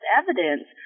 evidence